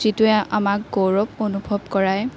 যিটোৱে আমাক গৌৰৱ অনুভৱ কৰায়